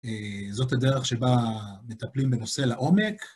זאת הדרך שבה מטפלים בנושא לעומק.